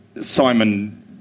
Simon